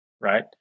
right